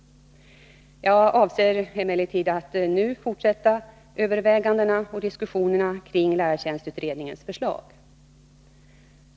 Jag avser emellertid att nu fortsätta övervägandena och diskussionerna kring lärartjänstutredningens förslag.